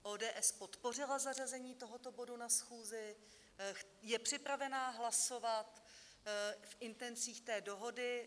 ODS podpořila zařazení tohoto bodu na schůzi, je připravena hlasovat v intencích dohody.